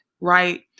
right